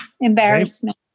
embarrassment